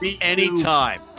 anytime